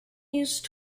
use